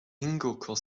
hingucker